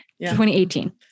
2018